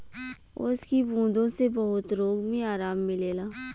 ओस की बूँदो से बहुत रोग मे आराम मिलेला